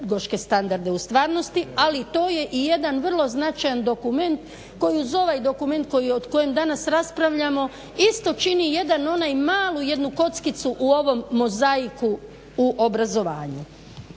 pedagoške standarde u stvarnosti, ali to je i jedan vrlo značajan dokument koji uz ovaj dokument o kojem danas raspravljamo isto čini jednu onu malu kockicu u ovom mozaiku u obrazovanju.